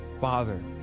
father